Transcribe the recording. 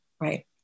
right